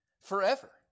forever